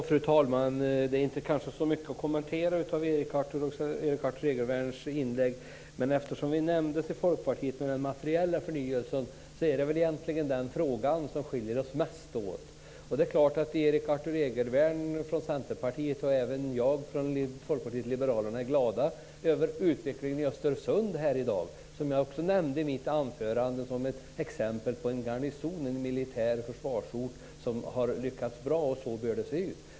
Fru talman! Det är inte så mycket att kommentera av Erik Arthur Egervärns inlägg. Men Folkpartiet nämndes avseende den materiella förnyelsen, och det är i den frågan vi skiljer oss mest åt. Erik Arthur Egervärn från Centerpartiet och jag från Folkpartiet liberalerna är i dag glada över utvecklingen i Östersund. Jag nämnde i mitt anförande staden som ett exempel på en garnison, en militär försvarsort, som har lyckats bra - så bör det se ut.